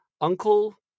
Uncle